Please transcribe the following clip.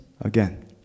again